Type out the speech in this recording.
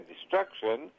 destruction